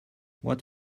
what